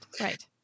Right